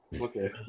Okay